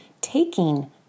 taking